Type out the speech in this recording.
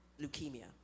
leukemia